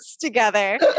together